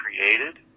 created